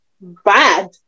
bad